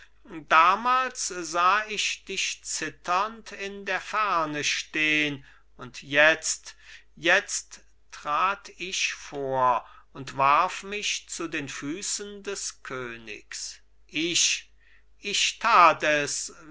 damals sah ich dich zitternd in der ferne stehn und jetzt jetzt trat ich vor und warf mich zu den füßen des königs ich ich tat es